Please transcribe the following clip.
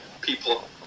people